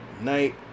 Night